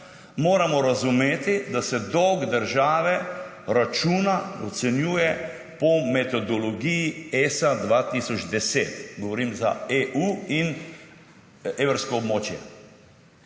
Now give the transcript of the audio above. Moramo razumeti, da se dolg države računa, ocenjuje po metodologiji ESA 2010. Govorim za EU in evrsko območje.